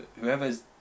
whoever's